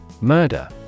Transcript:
Murder